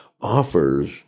offers